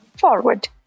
Forward